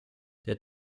der